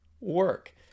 work